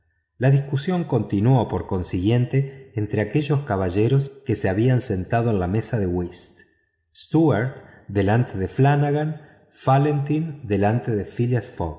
la discusión continuó por consiguiente entre aquellos caballeros que se habían sentado en la mesa de whist stuart delante de flanagan falientin delante de phileas